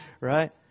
Right